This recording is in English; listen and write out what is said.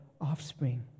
offspring